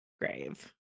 grave